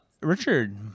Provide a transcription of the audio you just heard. Richard